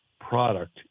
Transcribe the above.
product